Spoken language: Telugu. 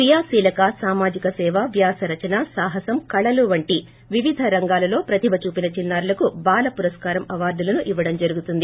క్రీయాశీలక సామాజిక సేవ వ్యాసరచన సాహసం కళలు వంటి వివిధ రంగాలలో ప్రతిభ చూపిన చిన్నారులకు బాల పురస్కారం అవార్టులను ఇవ్వడం జరుగుతుంది